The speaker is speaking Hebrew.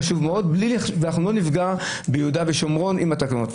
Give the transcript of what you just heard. ואנחנו לא נפגע ביהודה ושומרון עם התקנות.